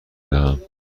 دهم